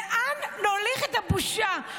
לאן נוליך את הבושה?